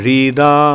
Rida